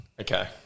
Okay